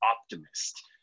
optimist